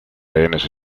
rehenes